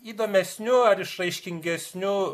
įdomesniu ar išraiškingesniu